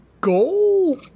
goal